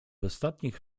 ostatnich